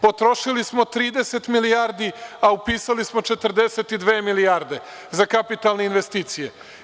Potrošili smo 30 milijardi, a upisali smo 42 milijarde za kapitalne investicije.